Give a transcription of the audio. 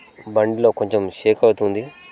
బండిలో కొంచెం షేక్ అవుతుంది